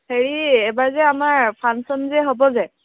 হেৰি এইবাৰ যে আমাৰ ফাংচন যে হ'ব যে